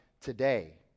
today